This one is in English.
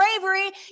bravery